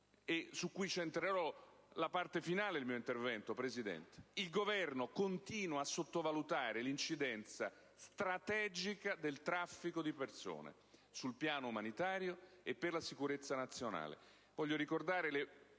su cui centrerò la parte finale del mio intervento, che il Governo continua a sottovalutare l'incidenza strategica del traffico di persone sul piano umanitario e per la sicurezza nazionale.